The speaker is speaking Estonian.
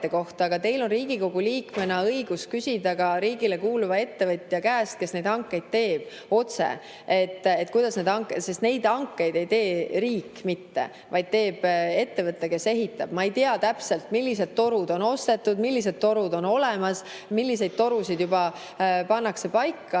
Aga teil on Riigikogu liikmena õigus küsida [seda] riigile kuuluva ettevõtja käest, kes neid hankeid teeb, otse. Neid hankeid ei tee mitte riik, vaid teeb ettevõte, kes ehitab. Ma ei tea täpselt, millised torud on ostetud, millised torud on olemas, milliseid torusid juba pannakse paika.